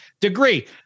degree